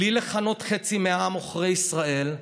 בלי לכנות חצי מהעם "עוכרי ישראל",